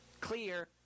clear